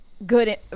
good